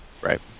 Right